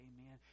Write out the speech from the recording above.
Amen